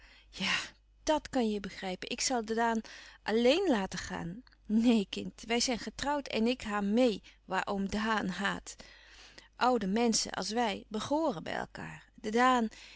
ja dàt kan je begrijpen ik sal ddaan alleen laten ghaan neen kind wij sijn getrouwd en ik ha meê wàar oom ddaan haad oude menschen als wij beghooren bij elkaâr ddaan